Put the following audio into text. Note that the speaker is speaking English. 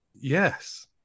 Yes